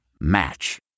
Match